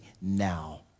Now